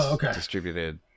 distributed